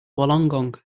wollongong